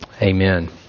Amen